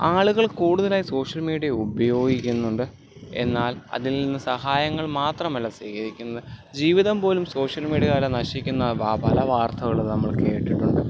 ആളുകൾ കൂടുതലായി social media ഉപയോഗിക്കുന്നുണ്ട് എന്നാൽ അതിൽ നിന്ന് സഹായങ്ങൾ മാത്രമല്ല സ്വീകരിക്കുന്നത് ജീവിതം പോലും സോഷ്യൽ മീഡിയയില് നശിക്കുന്ന പല വാർത്തകളും നമ്മള് കേട്ടിട്ടുണ്ട്